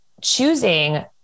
choosing